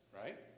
right